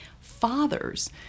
Fathers